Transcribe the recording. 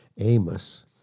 Amos